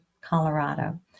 Colorado